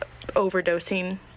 overdosing